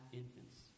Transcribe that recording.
infants